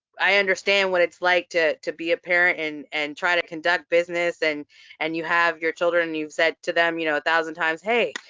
i understand what it's like to to be a parent, and and try to conduct business, and and you have your children, and you've said to them, you know, a thousand times hey,